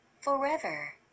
Forever